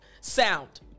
sound